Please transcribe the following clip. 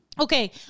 okay